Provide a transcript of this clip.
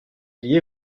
lié